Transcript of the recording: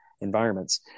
environments